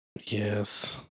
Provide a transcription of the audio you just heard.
Yes